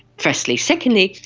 firstly. secondly,